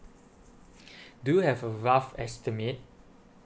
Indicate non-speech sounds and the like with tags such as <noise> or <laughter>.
<breath> do you have a rough estimate